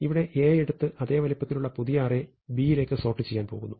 ഇവിടെ A എടുത്ത് അതേ വലുപ്പത്തിലുള്ള പുതിയ അറേ B യിലേക്ക് സോർട്ട് ചെയ്യാൻ പോകുന്നു